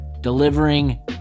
delivering